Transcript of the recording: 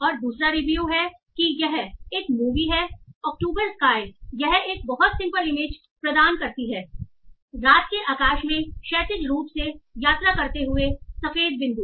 और दूसरा रिव्यु है की यह एक मूवी है अक्टूबर स्काय यह एक बहुत सिंपल इमेज प्रदान करती है रात के आकाश में क्षैतिज रूप से यात्रा करते हुए सफेद बिंदु